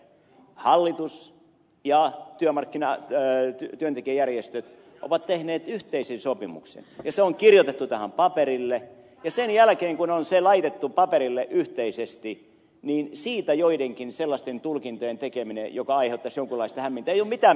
hallitus ja työntekijäjärjestöt ovat tehneet yhteisen sopimuksen ja se on kirjoitettu tähän paperille ja sen jälkeen kun on se laitettu paperille yhteisesti niin siitä joidenkin sellaisten tulkintojen tekemiselle jotka aiheuttaisivat jonkinlaista hämminkiä ei ole mitään perustetta